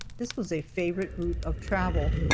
this was a favorite route of travel,